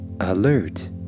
alert